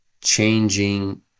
changing